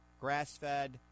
grass-fed